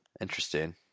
Interesting